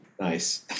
nice